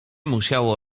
musiało